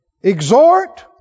exhort